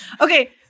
Okay